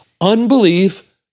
Unbelief